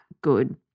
good